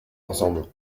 ensemble